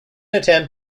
attempt